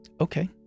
Okay